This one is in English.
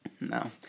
no